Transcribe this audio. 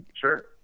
Sure